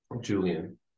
Julian